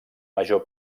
major